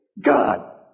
God